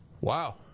wow